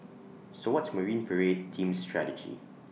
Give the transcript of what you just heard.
so what's marine parade team's strategy